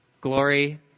glory